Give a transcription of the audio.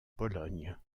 pologne